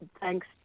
thanks